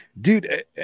Dude